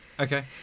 Okay